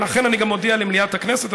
ולכן אני גם מודיע למליאת הכנסת,